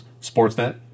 Sportsnet